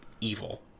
evil